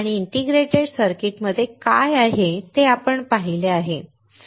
आणि integrated circuit मध्ये काय आहे ते आपण पाहिले आहे